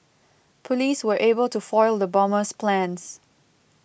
police were able to foil the bomber's plans